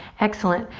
excellent.